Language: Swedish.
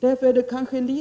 Därför blir